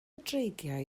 dreigiau